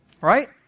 right